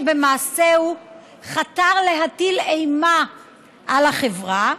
שבמעשהו חתר להטיל אימה על החברה,